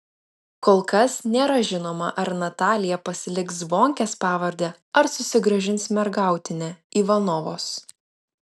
kol kas nėra žinoma ar natalija pasiliks zvonkės pavardę ar susigrąžins mergautinę ivanovos